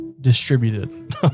distributed